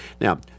Now